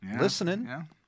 listening